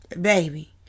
baby